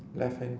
left hand